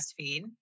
breastfeed